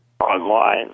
online